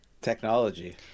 technology